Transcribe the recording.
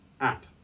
app